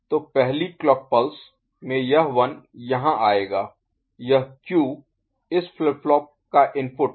तो पहली clock pulse में यह 1 यहाँ आएगा यह Q इस फ्लिप फ्लॉप का इनपुट है